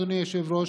אדוני היושב-ראש,